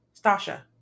Stasha